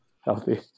healthy